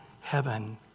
heaven